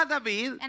David